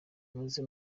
muze